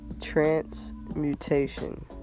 transmutation